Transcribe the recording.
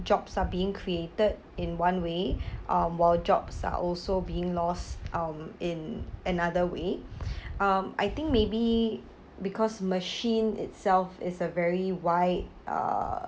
jobs are being created in one way um while jobs are also being lost um in another way um I think maybe because machine itself is a very wide uh